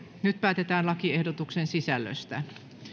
nyt päätetään lakiehdotuksen sisällöstä